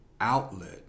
outlet